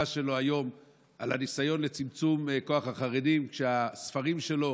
שלו היום על הניסיון לצמצום כוח החרדים כשהספרים שלו